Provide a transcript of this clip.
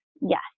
Yes